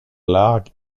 largue